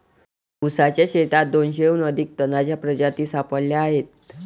ऊसाच्या शेतात दोनशेहून अधिक तणांच्या प्रजाती सापडल्या आहेत